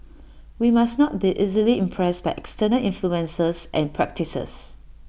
we must not be easily impressed by external influences and practices